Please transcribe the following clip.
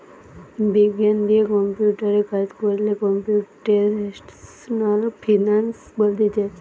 বিজ্ঞান দিয়ে কম্পিউটারে কাজ কোরলে কম্পিউটেশনাল ফিনান্স বলতিছে